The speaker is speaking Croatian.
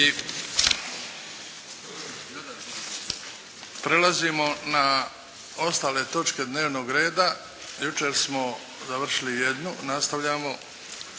Prelazimo na ostale točke dnevnog reda. Jučer smo završili jednu. Nastavljamo